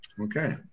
okay